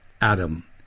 Adam